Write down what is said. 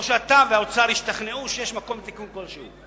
או שאתה והאוצר תשתכנעו שיש מקום לתיקון כלשהו.